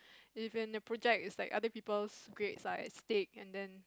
if in a project it's like other people's grades are at stake and then